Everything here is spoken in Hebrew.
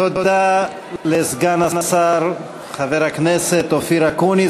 תודה לסגן השר חבר הכנסת אופיר אקוניס.